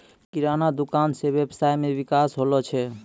किराना दुकान से वेवसाय मे विकास होलो छै